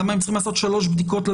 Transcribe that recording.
למה הם צריכים לעשות שלוש בדיקות?